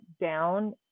down